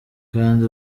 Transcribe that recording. kandi